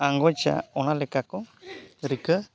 ᱟᱝᱜᱚᱪᱼᱟ ᱚᱱᱟ ᱞᱮᱠᱟ ᱠᱚ ᱨᱤᱠᱟᱹ